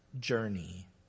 journey